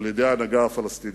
על-ידי ההנהגה הפלסטינית.